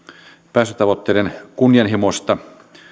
päästötavoitteiden kunnianhimosta